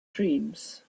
dreams